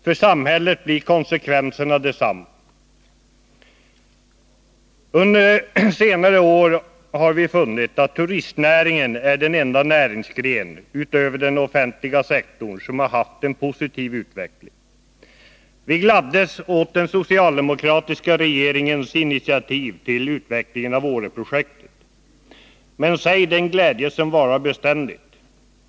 För samhället blir konsekvenserna desamma. Under senare år har vi funnit att turistnäringen är den enda näringsgren, terspel i Sverige år 1988 utöver den offentliga sektorn, som haft en positiv utveckling. Vi gladdes åt den socialdemokratiska regeringens initiativ till utvecklingen av Åreprojektet. Men säg den glädje som varar beständigt.